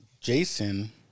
Jason